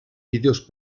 vídeos